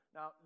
Now